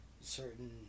Certain